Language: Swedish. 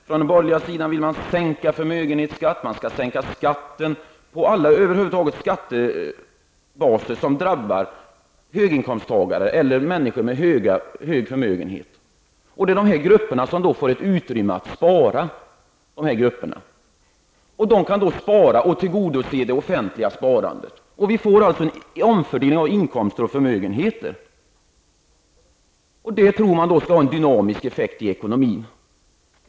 Från den borgerliga sidan vill man sänka förmögenhetsskatten och man vill sänka skatten på över huvud taget alla skattebaser som drabbar höginkomsttagare eller människor med stor förmögenhet. Det är dessa grupper som får ett utrymme att spara. De kan då spara och tillgodose det offentliga sparandet. Vi får alltså en omfördelning av inkomster och förmögenheter. Det tror man då skall ha en dynamisk effekt i ekonomin.